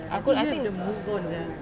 aku I think